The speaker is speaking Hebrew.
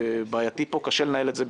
אני רק רוצה להגיד כמה מילים ולצאת.